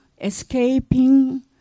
escaping